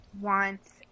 Wants